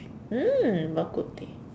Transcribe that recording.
mm Bak-Kut-Teh